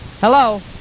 Hello